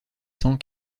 cent